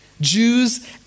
Jews